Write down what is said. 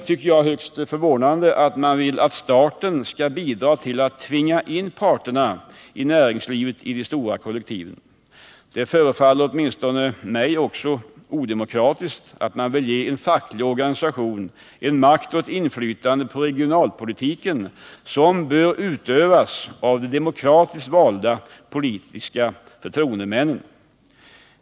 Det är högst förvånande att man vill att staten skall bidra till att tvinga in parterna inom näringslivet i de stora kollektiven. Det förefaller åtminstone mig också odemokratiskt att man vill ge en facklig organisation en makt och ett inflytande på regionalpolitiken, som bör utövas av de demokratiskt valda politiska förtroendemännen.